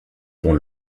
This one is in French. dont